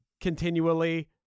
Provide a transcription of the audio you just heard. continually